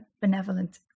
benevolent